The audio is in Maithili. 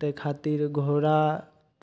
ताहि खातिर घोड़ा